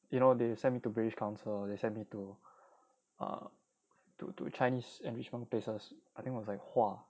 you know they sent me to british council and they sent me to err to to chinese enrichment places I think